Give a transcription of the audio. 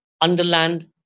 Underland